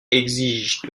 exige